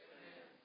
Amen